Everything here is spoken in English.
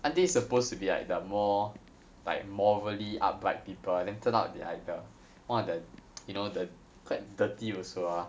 aren't they supposed to be like the more like morally upright people then turn out they like the one of the you know the quite dirty also ah